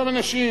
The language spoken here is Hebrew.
אנשים,